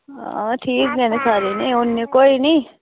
अं ठीक न सारे ओह् कोई गल्ल निं